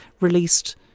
released